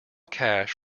cash